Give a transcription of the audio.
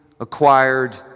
acquired